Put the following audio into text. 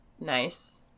nice